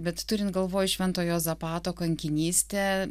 bet turint galvoj švento juozapato kankinystę